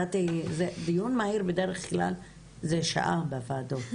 דיון מהיר בדרך כלל זה שעה בוועדות,